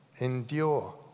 endure